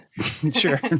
Sure